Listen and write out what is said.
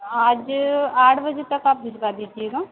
आज आठ बजे तक आप भिजवा दीजिएगा